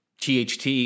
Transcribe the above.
THT